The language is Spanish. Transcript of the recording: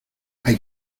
hay